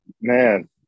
man